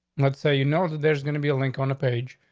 let's say you know that there's gonna be a link on the page.